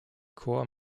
chor